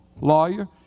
lawyer